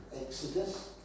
Exodus